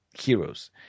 heroes